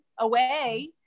away